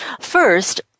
First